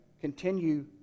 continue